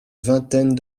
vingtaine